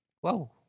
Whoa